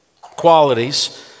Qualities